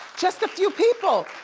just a few people?